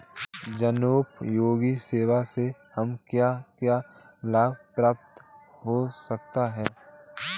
जनोपयोगी सेवा से हमें क्या क्या लाभ प्राप्त हो सकते हैं?